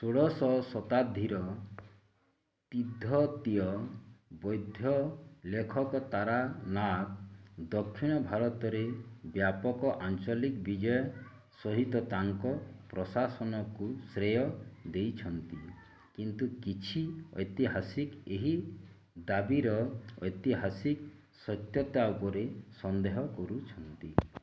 ଷୋଡ଼ଶ ଶତାବ୍ଦୀର ବିଧତୀୟ ବୈଧ୍ୟ ଲେଖକ ତାରା ନାଁ ଦକ୍ଷିଣ ଭାରତରେ ବ୍ୟାପକ ଆଞ୍ଚଳିକ ବିଜୟ ସହିତ ତାଙ୍କ ପ୍ରଶାସନକୁ ଶ୍ରେୟ ଦେଇଛନ୍ତି କିନ୍ତୁ କିଛି ଐତିହାସିକ ଏହି ଦାବିର ଐତିହାସିକ ସତ୍ୟତା ଉପରେ ସନ୍ଧେହ କରୁଛନ୍ତି